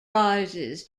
rises